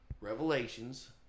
revelations